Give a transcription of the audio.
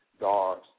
dogs